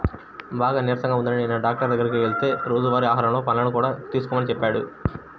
బాగా నీరసంగా ఉందని నిన్న డాక్టరు గారి దగ్గరికి వెళ్తే రోజువారీ ఆహారంలో పండ్లను కూడా తీసుకోమని చెప్పాడు